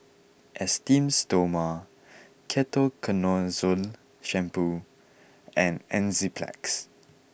Esteem Stoma Ketoconazole Shampoo and Enzyplex